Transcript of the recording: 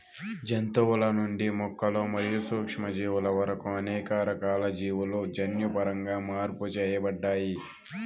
జంతువుల నుండి మొక్కలు మరియు సూక్ష్మజీవుల వరకు అనేక రకాల జీవులు జన్యుపరంగా మార్పు చేయబడ్డాయి